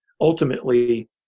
ultimately